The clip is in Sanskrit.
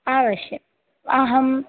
अवश्यम् अहम्